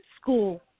school